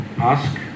ask